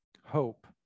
hope